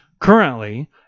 currently